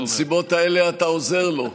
בנסיבות האלה אתה עוזר לו.